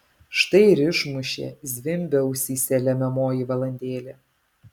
štai ir išmušė zvimbia ausyse lemiamoji valandėlė